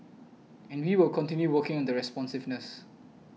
and we will continue working on the responsiveness